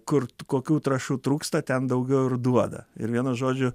kur kokių trąšų trūksta ten daugiau ir duoda ir vienu žodžiu